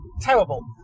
Terrible